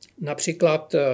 Například